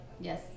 Yes